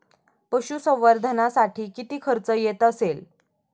पशुसंवर्धनासाठी किती खर्च येत असेल?